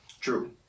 True